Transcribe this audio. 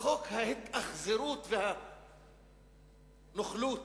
חוק ההתאכזרות והנוכלות.